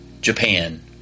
Japan